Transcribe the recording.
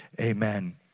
amen